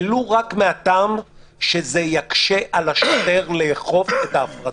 ולו רק מן הטעם שזה יקשה על השוטר לאכוף את ההפרדה.